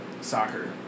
Soccer